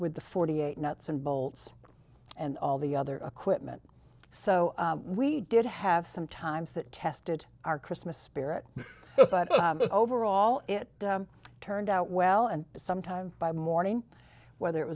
with the forty eight nuts and bolts and all the other equipment so we did have some times that kest did our christmas spirit but overall it turned out well and sometimes by morning whether it